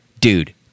dude